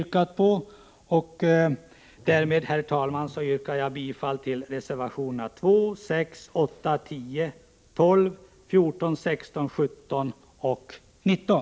Härmed yrkar jag bifall till reservationerna 2, 6,8, 10, 12, 14, 16, 17 och 19.